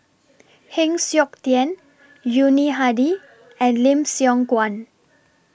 Heng Siok Tian Yuni Hadi and Lim Siong Guan